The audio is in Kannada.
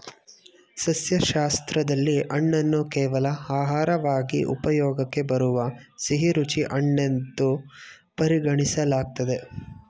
ಸಸ್ಯಶಾಸ್ತ್ರದಲ್ಲಿ ಹಣ್ಣನ್ನು ಕೇವಲ ಆಹಾರವಾಗಿ ಉಪಯೋಗಕ್ಕೆ ಬರುವ ಸಿಹಿರುಚಿ ಹಣ್ಣೆನ್ದು ಪರಿಗಣಿಸಲಾಗ್ತದೆ